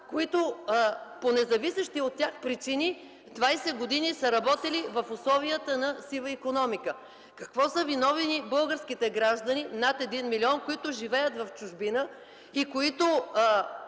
които по независещи от тях причини 20 години са работили в условията на сива икономика? Какво са виновни българските граждани – над един милион, които живеят в чужбина и които